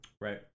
Right